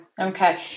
okay